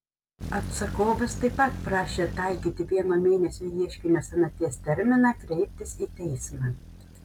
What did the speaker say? atsakovas taip pat prašė taikyti vieno mėnesio ieškinio senaties terminą kreiptis į teismą